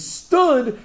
stood